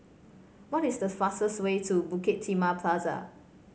what is the fastest way to Bukit Timah Plaza